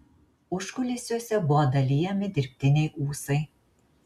užkulisiuose buvo dalijami dirbtiniai ūsai